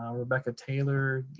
um rebecca taylor, you